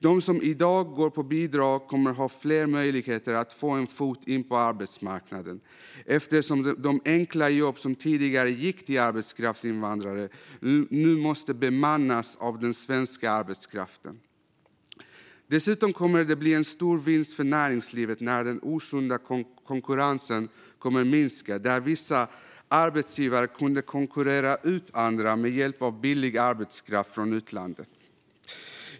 De som i dag går på bidrag kommer att ha fler möjligheter att få in en fot på arbetsmarknaden eftersom de enkla jobb som tidigare gick till arbetskraftsinvandrare nu måste bemannas av den svenska arbetskraften. Dessutom kommer det att bli en stor vinst för näringslivet när den osunda konkurrensen minskar där vissa arbetsgivare kunde konkurrera ut andra med hjälp av billig arbetskraft från utlandet.